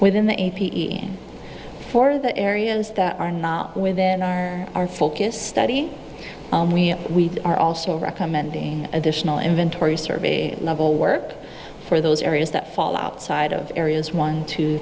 within the a p m for the areas that are not within our our focus study and we are also recommending additional inventory survey level work for those areas that fall outside of areas one two